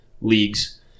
leagues